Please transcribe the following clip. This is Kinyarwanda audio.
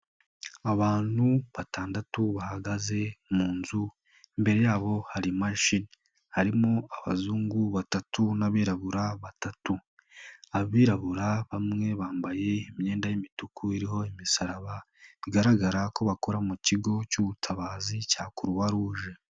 Abantu batandatu bahagaze mu nzu imbere yabo hari imashini, harimo abazungu batatu n'abirabura batatu. Abirabura bamwe bambaye imyenda y'imituku iriho imisaraba bigaragara ko bakora mu Kigo cy'ubutabazi cya Croix Rouge.